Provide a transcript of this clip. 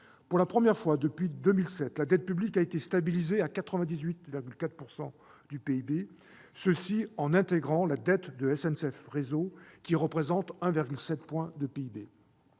Pour la première fois depuis 2007, la dette publique a été stabilisée à 98,4 % du PIB, cela en intégrant la dette de SNCF Réseau, représentant 1,7 point de PIB.